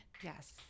Yes